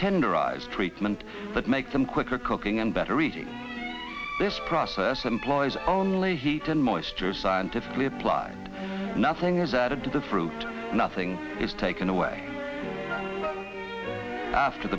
tenderized treatment that make them quicker cooking and better eating this process employs only heat and moisture scientifically applied nothing is added to the fruit nothing is taken away after